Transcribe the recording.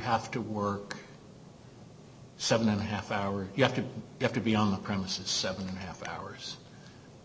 have to work seven and a half hours you have to have to be on the premises seven and a half hours